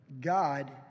God